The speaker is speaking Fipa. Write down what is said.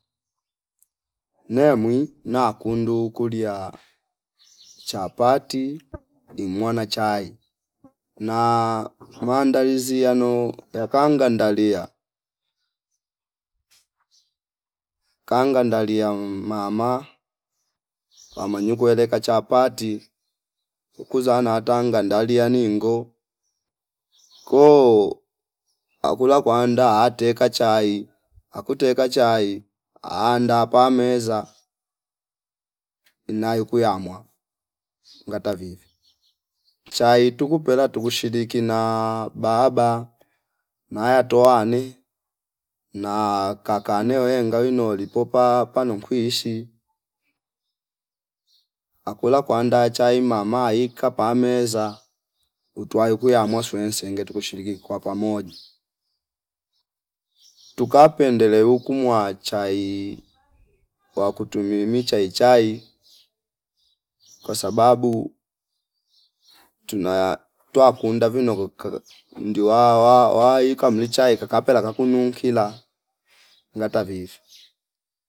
Neya mwi na kundu kulia chapati imwa na chai na maandili yano yakanga ndalia kanga ndalia ummama wamanya nyu kueleka chapati kuza na tanga ndali yaningo ko akula kwanda ate kachai akute kachai anda pa meza nayo kuyama ngata vivi chai tukupela tuku shiriki na baba mayatoa ani na kakane weenga uwini noli popa pano kwi ishi akwela kwanda chai mama ika pameza utayo kwi yamwa nswese ngete tukushiriki kwa pamoja. Tuka pendele ukumwa chai wakutu mimi chaichai kwa sababu tuna twa kunda vino ndi wawa waika mlichai kakapela kakunu kila ngata vivi